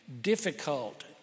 difficult